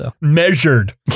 measured